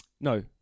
no